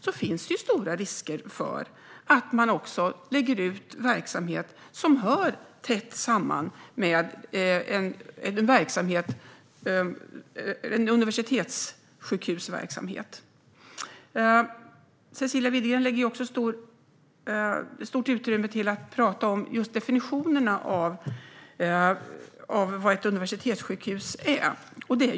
Då finns det stora risker för att man också lägger ut verksamhet som hör tätt samman med en universitetssjukhusverksamhet. Cecilia Widegren ägnar stort utrymme åt att tala om definitionerna av ett universitetssjukhus och vad det är.